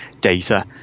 data